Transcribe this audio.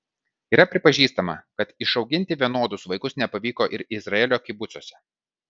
yra pripažįstama kad išauginti vienodus vaikus nepavyko ir izraelio kibucuose